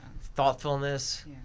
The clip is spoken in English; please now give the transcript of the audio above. thoughtfulness